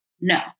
No